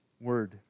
word